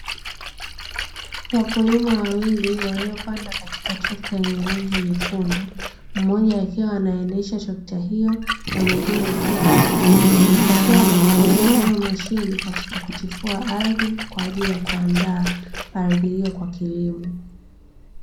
Wakulima wawili, waliopanda katika trekta yenye rangi nyekundu, mmoja akiwa anaendesha trekta hiyo na mwingine akiwa amekaa, wakiwa wanaitumia hiyo mashine katika kutifua ardhi kwa ajili ya kuandaa ardhi hiyo kwa kilimo.